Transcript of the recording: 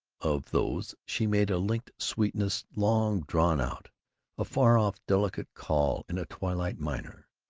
of those she made a linked sweetness long drawn out a far-off delicate call in a twilight minor.